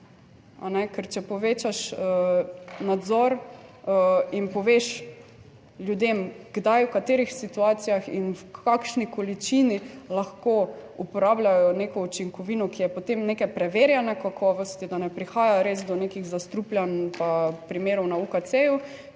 Ker če povečaš nadzor in poveš ljudem, kdaj, v katerih situacijah in v kakšni količini lahko uporabljajo neko učinkovino, ki je potem neke preverjene kakovosti, da ne prihaja res do nekih zastrupljanj primerov na UKC.